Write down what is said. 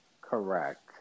Correct